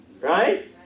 right